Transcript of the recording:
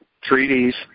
treaties